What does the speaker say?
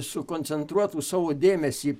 sukoncentruotų savo dėmesį